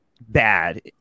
bad